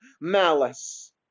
malice